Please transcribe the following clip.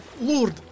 Lord